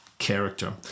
character